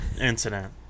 incident